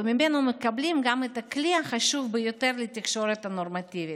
וממנו מקבלים את הכלי החשוב ביותר לתקשורת נורמטיבית.